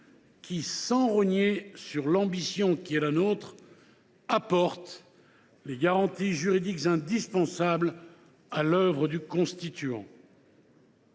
qui, sans rogner sur l’ambition qui est la nôtre, apporte les garanties juridiques indispensables à l’œuvre du constituant.